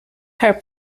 her